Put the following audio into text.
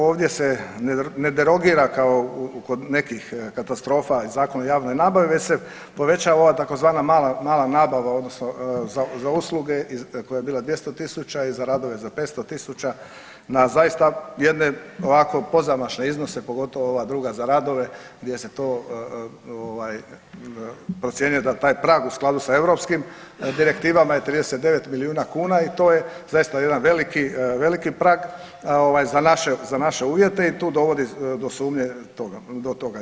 Ovdje se ne derogira kao kod nekih katastrofa i Zakon o javnoj nabavi već se povećava ova tzv. mala nabava, odnosno za usluge i koja je bila 200 000 i za radove za 500 000 na zaista jedne ovako pozamašne iznose pogotovo ova druga za radove gdje se to procjenjuje da taj prag u skladu sa europskim direktivama je 39 milijuna kuna i to je zaista jedan veliki prag za naše uvjete i tu dovodi do sumnje toga.